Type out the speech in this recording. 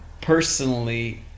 personally